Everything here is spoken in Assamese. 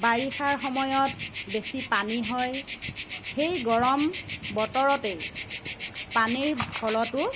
বাৰিষাৰ সময়ত বেছি পানী হয় সেই গৰম বতৰতেই পানীৰ ফলতো